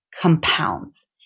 compounds